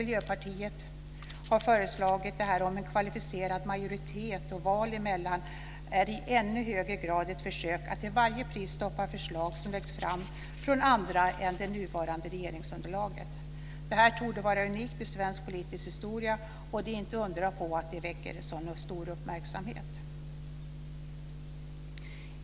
Miljöpartiets förslag om kvalificerad majoritet m.m., är i ännu högre grad ett försök att till varje pris stoppa förslag som läggs fram från andra än det nuvarande regeringsunderlaget. Det här torde vara unikt i svensk politisk historia, och det är inte undra på att det väcker så stor uppmärksamhet.